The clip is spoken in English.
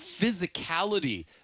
physicality